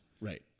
Right